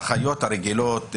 החיות הרגילות,